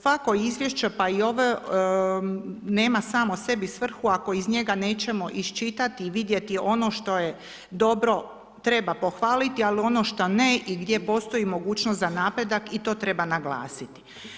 Svako izvješće, pa i ovo nema samo sebi svrhu ako iz njega nećemo iščitati i vidjeti ono što je dobro treba pohvaliti, ali ono što ne i gdje postoji mogućnost za napredak i to treba naglasiti.